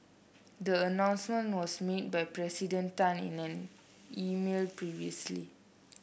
the announcement was made by President Tan in an email previously